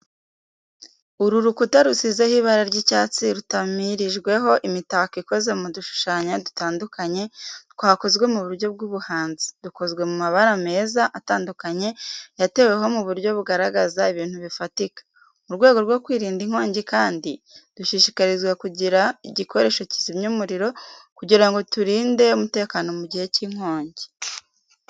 Urukuta rusizeho ibara ry’icyatsi rutamirijweho imitako ikoze mu dushushanyo dutandukanye twakozwe mu buryo bw’ubuhanzi, dukozwe n’amabara meza atandukanye yateweho mu buryo butagaragaza ibintu bifatika.. Mu rwego rwo kwirinda inkongi kandi, dushishikarizwa kugira igikoresho kizimya umuriro kugira ngo turinde umutekano mu gihe cy’inkongi.